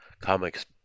comics